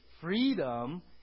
freedom